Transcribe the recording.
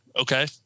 Okay